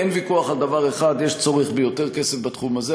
אין ויכוח על דבר אחד: יש צורך ביותר כסף בתחום הזה,